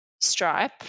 Stripe